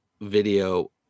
video